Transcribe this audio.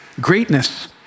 Greatness